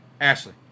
Ashley